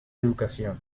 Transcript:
educación